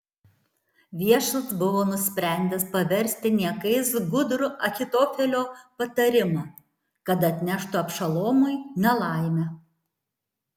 viešpats buvo nusprendęs paversti niekais gudrų ahitofelio patarimą kad atneštų abšalomui nelaimę